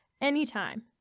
anytime